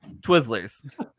Twizzlers